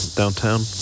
downtown